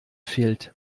fehlt